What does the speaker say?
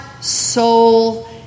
soul